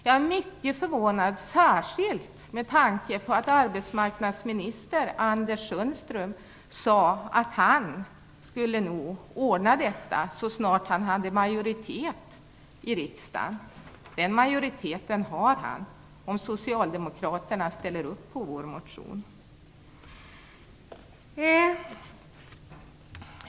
Jag är mycket förvånad särskilt med tanke på att arbetsmarknadsminister Anders Sundström sade att han skulle ordna detta så snart han fick majoritet i riksdagen. Den majoriteten får han om Socialdemokraterna ställer upp på vår motion.